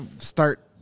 start